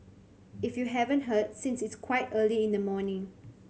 if you haven't heard since it's quite early in the morning